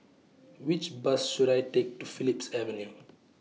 Which Bus should I Take to Phillips Avenue